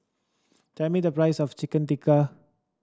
tell me the price of Chicken Tikka